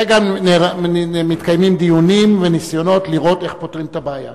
כרגע מתקיימים דיונים וניסיונות לראות איך פותרים את הבעיה,